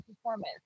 performance